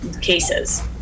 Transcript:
cases